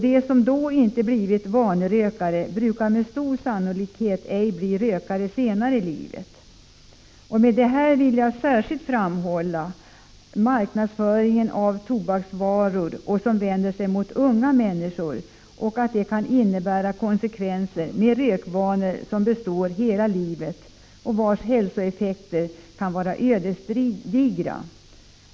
De som då inte blivit vanerökare blir med stor sannolikhet inte rökare senare i livet. Med det här vill jag särskilt framhålla den marknadsföring av tobaksvaror som vänder sig till unga människor, något som kan leda till rökvanor som består hela livet och vars hälsoeffekter kan vara ödesdigra.